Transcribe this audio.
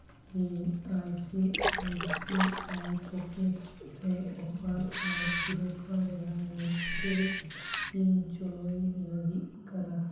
ᱤᱧ I C I C I pocket ᱨᱮ offer ᱟᱨ ᱥᱤᱨᱳᱯᱟ ᱨᱮᱱᱟᱝ ᱧᱮᱛᱮᱞ ᱤᱧ ᱪᱟᱹᱞᱩᱭ ᱞᱟᱹᱜᱤᱫᱚᱜ ᱠᱟᱱᱟ